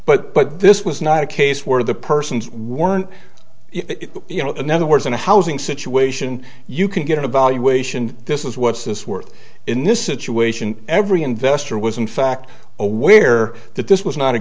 but but this was not a case where the person's weren't you know in other words in a housing situation you can get a valuation this is what's this worth in this situation every investor was in fact aware that this was not a